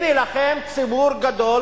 הנה לכם ציבור גדול